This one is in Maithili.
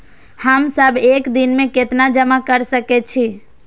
हम सब एक दिन में केतना जमा कर सके छी?